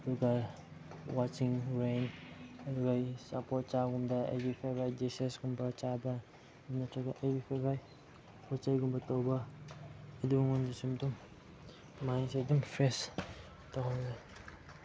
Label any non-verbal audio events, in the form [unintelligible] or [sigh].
ꯑꯗꯨꯒ ꯋꯥꯁꯤꯡ ꯔꯦꯠ ꯑꯗꯨꯒ ꯑꯩ ꯁꯞꯄꯣꯔꯠ ꯆꯥ ꯒꯨꯝꯕꯗ ꯑꯩꯒꯤ ꯐꯦꯕꯔꯥꯏꯠ ꯗꯤꯁꯦꯁ ꯀꯨꯝꯕ ꯆꯥꯕ ꯅꯠꯇ꯭ꯔꯒ ꯅꯠꯇ꯭ꯔꯒ ꯑꯩ [unintelligible] ꯄꯣꯠ ꯆꯩꯒꯨꯝꯕ ꯇꯧꯕ ꯑꯗꯨ ꯑꯩꯉꯣꯟꯗꯁꯨ ꯑꯗꯨꯝ ꯃꯥꯏꯟꯁꯦ ꯑꯗꯨꯝ ꯐ꯭ꯔꯦꯁ ꯇꯧꯍꯜꯂꯤ